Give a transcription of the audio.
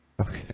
Okay